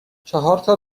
چهارتا